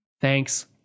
Thanks